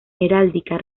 heráldica